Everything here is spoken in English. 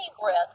breath